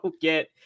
get